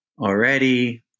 already